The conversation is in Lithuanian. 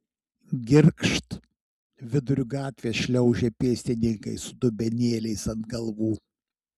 girgžt viduriu gatvės šliaužia pėstininkai su dubenėliais ant galvų